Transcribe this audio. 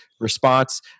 response